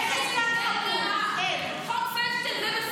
פתאום אין חזקת --- חבר הכנסת יוסף עטאונה,